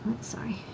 sorry